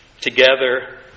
together